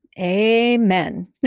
amen